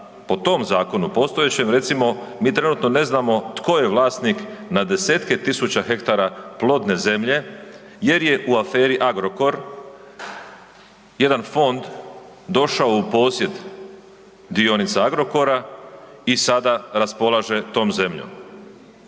potom zakonu postojećem recimo, mi trenutno ne znamo tko je vlasnik na desetke tisuća hektara plodne zemlje jer je u aferi Agrokor jedan fond došao u posjed dionica Agrokora i sada raspolaže tom zemljom.